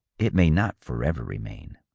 it may not forever remain.